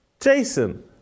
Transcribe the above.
Jason